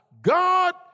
God